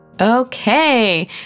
Okay